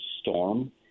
storm